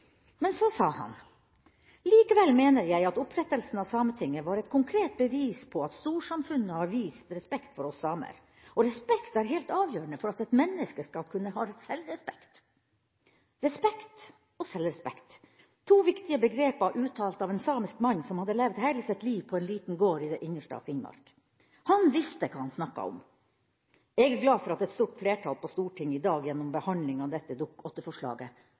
Men så sa han: Likevel mener jeg at opprettelsen av Sametinget var et konkret bevis på at storsamfunnet har vist respekt for oss samer, og respekt er helt avgjørende for at et menneske skal kunne ha selvrespekt. Respekt og selvrespekt – to viktige begreper uttalt av en samisk mann som hadde levd hele sitt liv på en liten gård i det innerste av Finnmark. Han visste hva han snakket om. Jeg er glad for at et stort flertall på Stortinget i dag gjennom behandlinga av dette